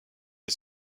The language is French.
est